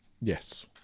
Yes